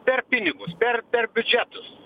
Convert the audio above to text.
per pinigus per per biudžetus